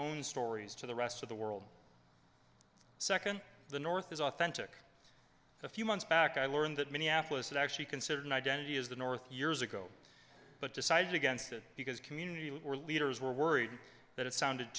own stories to the rest of the world second the north is authentic a few months back i learned that minneapolis is actually considered an identity as the north years ago but decided against it because community leaders were worried that it sounded